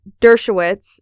Dershowitz